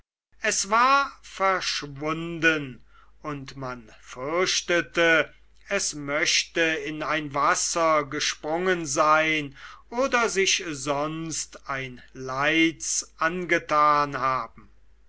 es war verschwunden und man fürchtete es möchte in ein wasser gesprungen sein oder sich sonst ein leids angetan haben